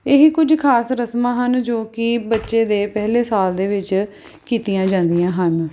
ਇਹ ਕੁਝ ਖਾਸ ਰਸਮਾਂ ਹਨ ਜੋ ਕਿ ਬੱਚੇ ਦੇ ਪਹਿਲੇ ਸਾਲ ਦੇ ਵਿੱਚ ਕੀਤੀਆਂ ਜਾਂਦੀਆਂ ਹਨ